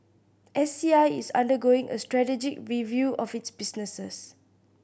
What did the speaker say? S C I is undergoing a strategic review of its businesses